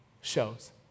shows